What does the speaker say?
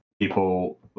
people